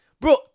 bro